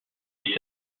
est